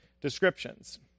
descriptions